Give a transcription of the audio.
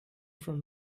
from